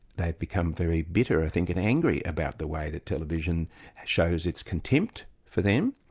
they've become very bitter, i think, and angry about the way that television shows its contempt for them.